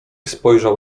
spojrzał